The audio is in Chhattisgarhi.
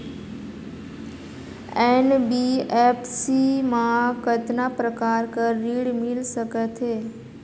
एन.बी.एफ.सी मा कतना प्रकार कर ऋण मिल सकथे?